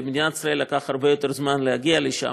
למדינת ישראל לקח הרבה יותר זמן להגיע לשם,